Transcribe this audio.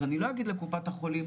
אז אני לא אגיד לקופת החולים,